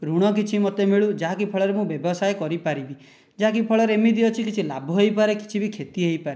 ଋଣ କିଛି ମୋତେ ମିଳୁ ଯାହାକି ଫଳରେ ମୁଁ ବ୍ୟବସାୟ କରିପାରିବି ଯାହାକି ଫଳରେ ଏମିତି ଅଛି କିଛି ଲାଭ ହୋଇପାରେ କିଛି ବି କ୍ଷତି ହୋଇପାରେ